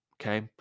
Okay